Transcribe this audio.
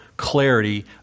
clarity